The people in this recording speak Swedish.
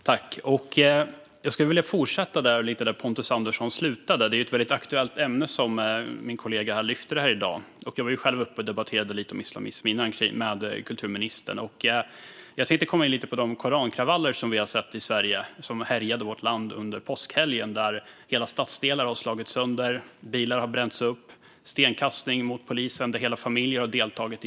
Fru talman! Jag skulle vilja fortsätta där Pontus Andersson slutade. Det är ett väldigt aktuellt ämne som min kollega lyfter här i dag. Jag var själv uppe och debatterade lite om islamism med kulturministern tidigare. Jag tänkte komma in lite på de korankravaller som vi sett i Sverige och som härjade vårt land under påskhelgen. Hela stadsdelar har slagits sönder, bilar har bränts upp och stenkastning mot polisen har förekommit där hela familjer har deltagit.